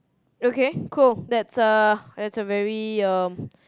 okay cool that's a that's a very um